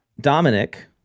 Dominic